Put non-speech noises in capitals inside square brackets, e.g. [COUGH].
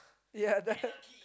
ya [LAUGHS]